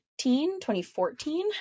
2014